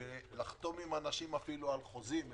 ולחתום עם אנשים על חוזים אפשר,